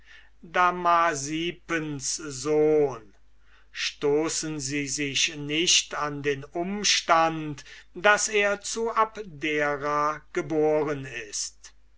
damasippus sohn stoßen sie sich nicht an dem umstande daß er zu abdera geboren ist